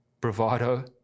bravado